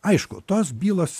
aišku tos bylos